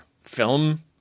film